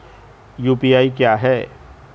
UPI क्या है?